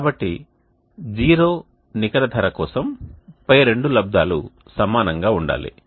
కాబట్టి జీరో నికర ధర కోసం పై రెండు లబ్దాలు సమానంగా ఉండాలి